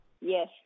Yes